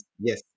Yes